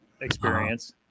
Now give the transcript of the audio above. experience